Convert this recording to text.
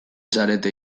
zarete